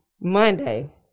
Monday